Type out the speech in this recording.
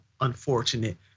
unfortunate